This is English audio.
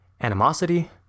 animosity